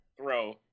throw